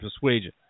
persuasion